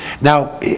Now